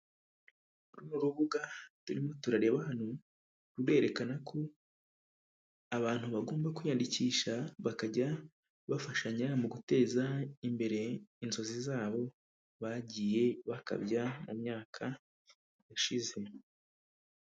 Uru rubuga turimo turareba hano rUrerekana ko abantu bagomba kwiyandikisha ,bakajya bafashanya mu guteza imbere inzozi zabo bagiye bakabya mu myaka yashize,